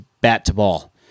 bat-to-ball